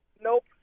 Nope